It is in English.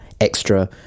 extra